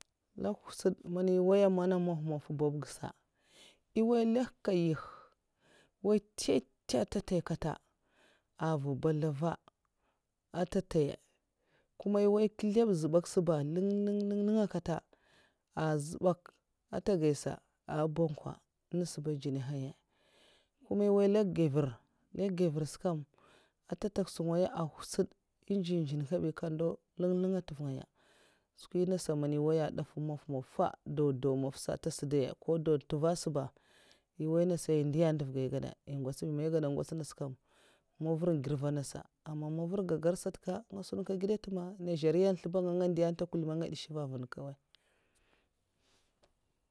Nlèk hwutsud man'è woy'n mana maf'maf babga sa' è' woy nlèk nkayih nwatta ta' èn tè kata ava bèzlèv ètè taya kuma è n'woy kilab zhèbak sa ba nlèn nlèng tè va zèbatl è ta gèysa a èh b'wankwa èhn nasa ba mdjènahaya kuma èwoy nlèk givèra's nkam ntè tak sugaya èh hwutsud n djèn djèn kabinkam kando lènk nlnè tèv ngaya skwi nasa èman n woy'a dèf maf'maf sa dèw dèw mafasa èt sèdt kè'da ko daw ntèva sa ba è n'woy nasa ndèiya ndèv ga è gada èi ngwots bi mai gada ngwots nasa kam mavar è n'girva nasa amma mavarh gagar sat kanga sunk gèd ntèmiya nigeria zlèmba nga. nga ndiya ntè kullum anga ndish mva'n kawaii